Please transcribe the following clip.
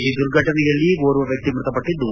ಈ ದುರ್ಘಟನೆಯಲ್ಲಿ ಓರ್ವ ವ್ಯಕ್ತಿ ಮೃತಪಟ್ಟದ್ದು